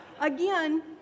again